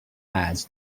ads